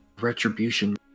retribution